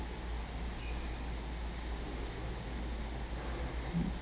mm